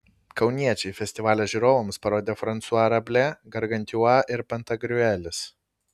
kauniečiai festivalio žiūrovams parodė fransua rablė gargantiua ir pantagriuelis